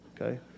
okay